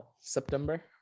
September